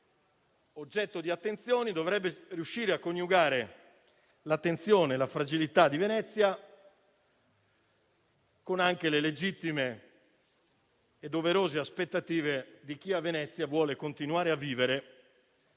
oggetto di attenzioni dovrebbe riuscire a coniugare l'attenzione alla fragilità di Venezia con le legittime e doverose aspettative di chi a Venezia vuole continuare a vivere